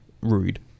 rude